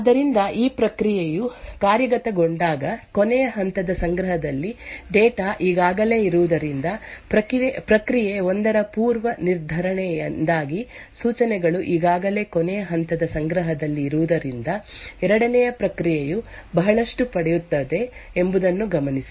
ಆದ್ದರಿಂದ ಈ ಪ್ರಕ್ರಿಯೆಯು ಕಾರ್ಯಗತಗೊಂಡಾಗ ಕೊನೆಯ ಹಂತದ ಸಂಗ್ರಹದಲ್ಲಿ ಡೇಟಾ ಈಗಾಗಲೇ ಇರುವುದರಿಂದ ಪ್ರಕ್ರಿಯೆ 1 ರ ಪೂರ್ವನಿರ್ಧರಣೆಯಿಂದಾಗಿ ಸೂಚನೆಗಳು ಈಗಾಗಲೇ ಕೊನೆಯ ಹಂತದ ಸಂಗ್ರಹದಲ್ಲಿ ಇರುವುದರಿಂದ 2 ನೇ ಪ್ರಕ್ರಿಯೆಯು ಬಹಳಷ್ಟು ಪಡೆಯುತ್ತದೆ ಎಂಬುದನ್ನು ಗಮನಿಸಿ